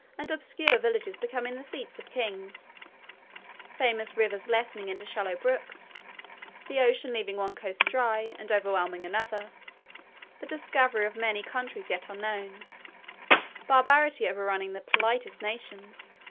and obscure villages become the seats of kings famous rivers lessening into shallow brooks the ocean leaving one coast dry, and overwhelming another the discovery of many countries yet unknown barbarity overrunning the politest nations,